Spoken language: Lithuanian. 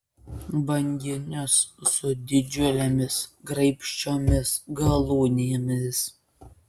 banginius su didžiulėmis graibščiomis galūnėmis